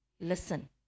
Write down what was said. listen